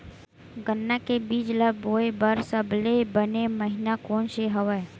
गन्ना के बीज ल बोय बर सबले बने महिना कोन से हवय?